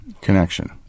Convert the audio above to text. connection